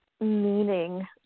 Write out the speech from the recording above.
meaning